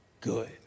good